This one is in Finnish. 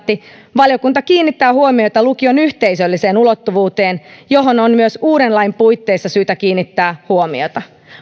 valiokunta kiinnittää huomiota lukion yhteisölliseen ulottuvuuteen johon on myös uuden lain puitteissa syytä kiinnittää huomiota